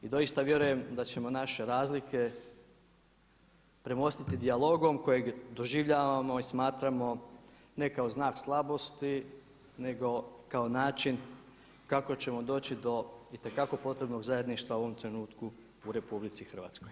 I doista vjerujem da ćemo naše razlike premostiti dijalogom kojeg doživljavamo i smatramo ne kao znak slabosti, nego kao način kako ćemo doći do itekako potrebnog zajedništva u ovom trenutku u RH.